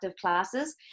classes